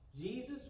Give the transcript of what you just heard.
Jesus